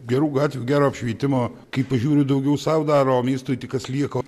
gerų gatvių gero apšvietimo kai pažiūriu daugiau sau daro miestui tik kas lieka